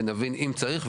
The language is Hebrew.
ונבין אם צריך,